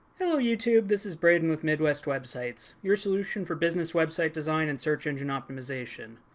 hello youtube, this is braden with midwest websites. your solution for business website design and search engine optimization.